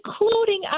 including